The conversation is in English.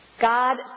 God